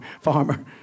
farmer